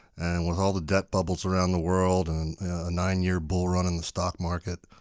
and with all the debt bubbles around the world, and a nine-year bull run in the stock market,